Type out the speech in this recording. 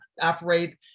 operate